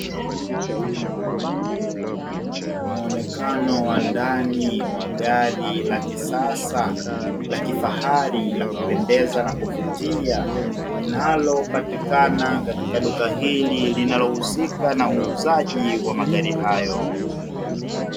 Muonekano wa ndani wa gari la kisasa la kifahari, la kupendeza na kuvutia linalopatikana katika duka hili linalohusika na uuzaji wa magari hayo.